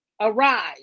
arise